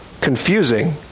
confusing